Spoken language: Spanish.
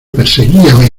perseguíame